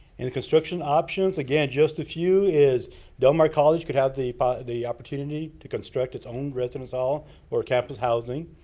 and the construction options. again, just a few is del mar college could have the but the opportunity to construct its own residence hall or campus housing.